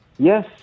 Yes